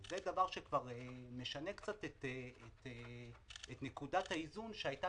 זה דבר שכבר קצת משנה את נקודת האיזון שהייתה